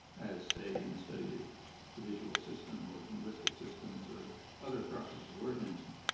as, say, in the study of the visual system, or linguistic systems, or other products of organisms.